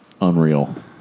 unreal